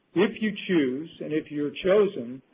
if you choose, and if you're chosen,